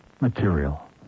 material